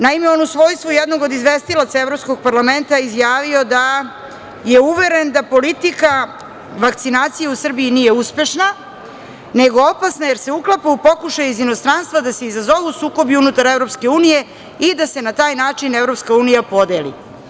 Naime, on je u svojstvu jednog od izvestilaca Evropskog parlamenta izjavio da je uveren da politika vakcinacije u Srbiji nije uspešna, nego opasna, jer se uklapa u pokušaj iz inostranstva da se izazovu sukobi unutar EU i da se na taj način EU podeli.